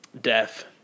Death